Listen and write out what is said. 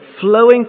flowing